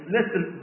Listen